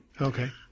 Okay